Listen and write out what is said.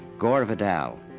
gore vidal.